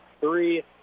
three